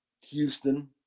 Houston